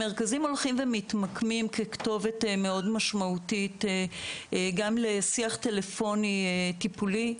המרכזים הולכים ומתמקמים ככתובת מאוד משמעותית גם לשיח טלפוני טיפולי.